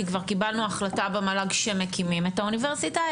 כי כבר קיבלנו החלטה במל"ג שמקימים את האוניברסיטה,